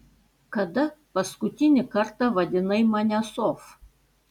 kada paskutinį kartą vadinai mane sof